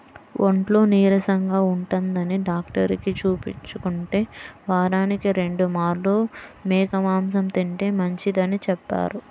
ఒంట్లో నీరసంగా ఉంటందని డాక్టరుకి చూపించుకుంటే, వారానికి రెండు మార్లు మేక మాంసం తింటే మంచిదని చెప్పారు